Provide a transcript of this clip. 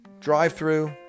Drive-through